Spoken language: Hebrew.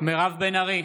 מירב בן ארי,